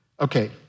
Okay